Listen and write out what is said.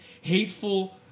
hateful